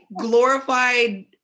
glorified